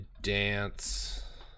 dance